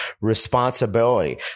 responsibility